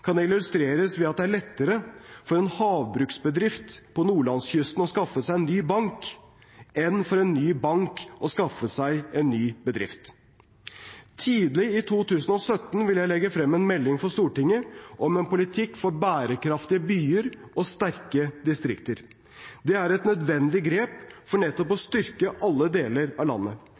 kan illustreres ved at det er lettere for en havbruksbedrift på Nordlandskysten å skaffe seg ny bank enn for en ny bank å skaffe seg en ny bedrift. Tidlig i 2017 vil jeg legge frem en melding for Stortinget om en politikk for bærekraftige byer og sterke distrikter. Det er et nødvendig grep, for nettopp å styrke alle deler av landet.